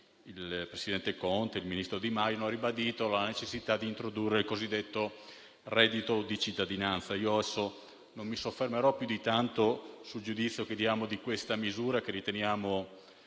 il presidente Conte e il ministro di Maio hanno ribadito la necessità di introdurre il cosiddetto reddito di cittadinanza. Non mi soffermerò più di tanto sul giudizio che diamo di questa misura, che riteniamo